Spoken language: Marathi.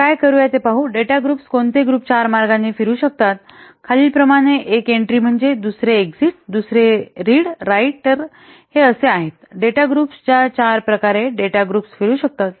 हे काय करूया ते पाहू डेटा ग्रुप्स कोणते ग्रुप चार मार्गांनी फिरू शकतात खालीलप्रमाणे आणि एक एंट्री म्हणजे दुसरे एक्सिट दुसरे रीड राईट तर हे असे आहेत डेटा ग्रुप्स ज्या चार प्रकारे डेटा ग्रुप्स फिरू शकतात